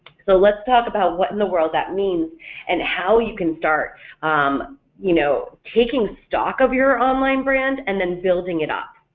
so let's talk about what in the world that means and how you can start you know taking stock of your online brand and then building it up.